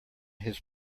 his